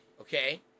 Okay